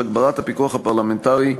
של הגברת הפיקוח הפרלמנטרי,